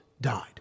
died